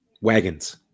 Wagons